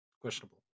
Questionable